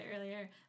earlier